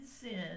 sin